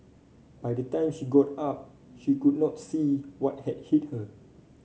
by the time she got up she could not see what had hit her